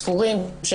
ספורים,